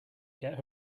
get